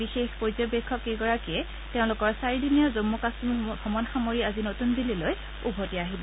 বিশেষ পৰ্যবেশক কেইগৰাকীয়ে তেওঁলোকৰ চাৰিদিনীয়া জম্মু কাশ্মীৰ ভ্ৰমণ সামৰি আজি নতুন দিল্লীলৈ উভতি আহিব